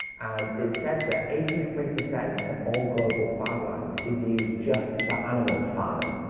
and it said that eighty three percent of all global farmland is used just for animal farming,